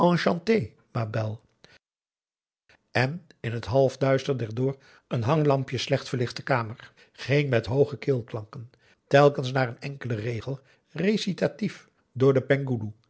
en in het halfduister der door een hanglampje slecht verlichte kamer ging met hooge keelklanken telkens na een enkelen regel recitatief door den